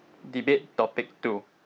debate topic two